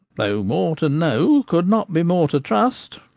though more to know could not be more to trust,